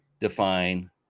define